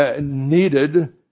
needed